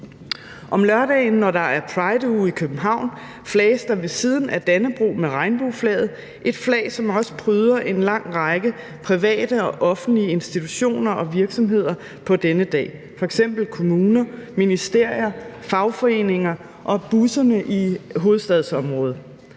Om lørdagen, når der er Copenhagen Pride-uge i København, flages der ved siden af Dannebrog med regnbueflaget; et flag, som også pryder en lang række private og offentlige institutioner og virksomheder på denne dag, f.eks. kommuner, ministerier, fagforeninger og busserne i hovedstadsområdet;